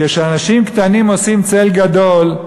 כשאנשים קטנים עושים צל גדול,